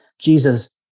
Jesus